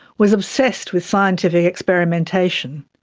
was obsessed with scientific experimentation,